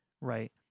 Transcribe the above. Right